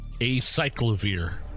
acyclovir